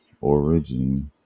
origin